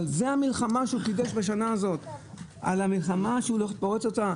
על זה המלחמה שהוא חידש בשנה הזאת?